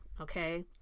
okay